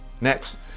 Next